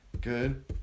good